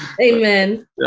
Amen